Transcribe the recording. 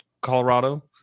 colorado